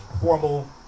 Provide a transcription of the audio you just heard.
formal